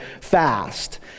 fast